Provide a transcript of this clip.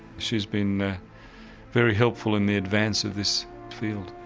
she's been very helpful in the advance of this field.